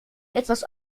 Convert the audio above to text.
etwas